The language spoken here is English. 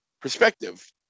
perspective